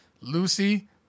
Lucy